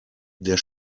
der